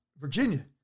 Virginia